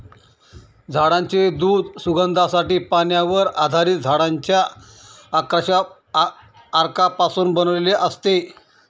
झाडांचे दूध सुगंधासाठी, पाण्यावर आधारित झाडांच्या अर्कापासून बनवलेले असते